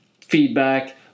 feedback